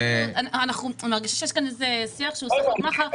אני מרגישה שיש כאן איזה שיח שהוא סחר מכר.